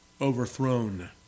overthrown